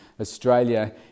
australia